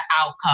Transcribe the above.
outcome